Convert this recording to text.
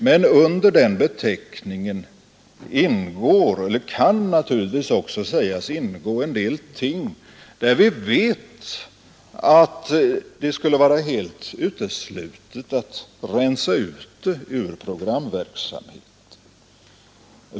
Men under den beteckningen kan naturligtvis också sägas ingå en del ting, som vi vet att det skulle vara helt uteslutet att rensa ut ur programverksamheten.